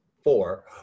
four